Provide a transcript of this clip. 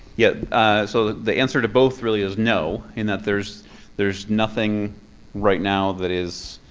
yeah so the answer to both really is no. in that there's there's nothing right now that is